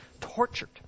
tortured